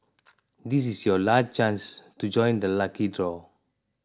this is your last chance to join the lucky draw